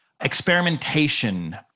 experimentation